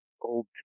old